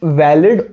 valid